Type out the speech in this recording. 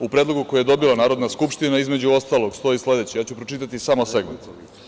U predlogu koji je dobila Narodna skupština između ostalog stoji sledeće, ja ću pročitati samo segment.